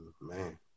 man